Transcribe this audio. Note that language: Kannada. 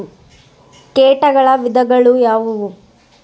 ಕೇಟಗಳ ವಿಧಗಳು ಯಾವುವು?